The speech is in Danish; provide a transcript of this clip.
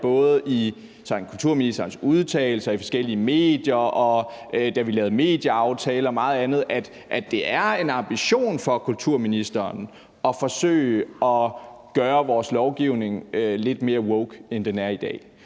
både i kulturministerens udtalelser i forskellige medier, og da vi lavede medieaftale og meget andet, at det er en ambition for kulturministeren at forsøge at gøre vores lovgivning lidt mere woke, end den er i dag.